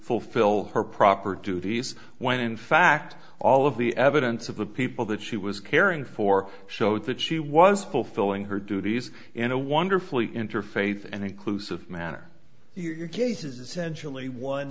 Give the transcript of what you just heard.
fulfill her proper duties when in fact all of the evidence of the people that she was caring for showed that she was fulfilling her duties in a wonderfully interfaith and inclusive manner your case is essentially one